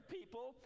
people